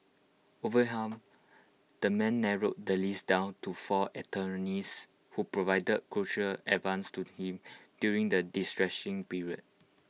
overwhelmed the man narrowed the list down to four attorneys who provided crucial advice to him during the distressing period